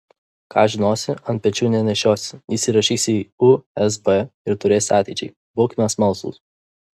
ką žinosi ant pečių nenešiosi įsirašysi į usb ir turėsi ateičiai būkime smalsūs